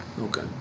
okay